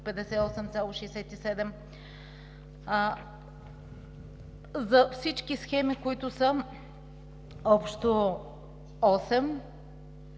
58,67. За всички схеми, които са общо